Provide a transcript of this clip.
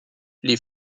les